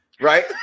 right